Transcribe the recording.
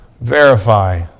verify